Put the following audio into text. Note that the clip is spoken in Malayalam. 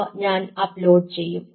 അവ ഞാൻ അപ്ലോഡ് ചെയ്യും